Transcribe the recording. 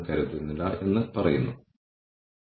കൂടാതെ ഈ ഡാറ്റാബേസുകൾ വളരെ ചെലവേറിയതാണ്